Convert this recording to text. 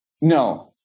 No